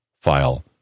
file